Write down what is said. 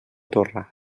torrada